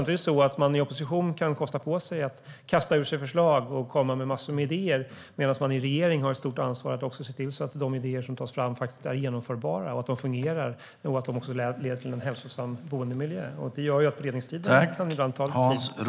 I opposition kan man kosta på sig att kasta ur sig förslag och komma med massor av idéer medan man i regering har ett stort ansvar att se till att de idéer som tas fram faktiskt är genomförbara, fungerar och också leder till en hälsosam boendemiljö. Detta gör att beredningstiderna ibland kan ta tid, men det är viktigt.